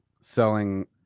selling